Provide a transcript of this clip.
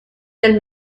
del